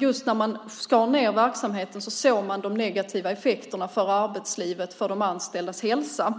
Just när man skar ned verksamheten såg man de negativa effekterna för arbetslivet och för de anställdas hälsa.